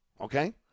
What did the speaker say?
Okay